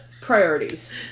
Priorities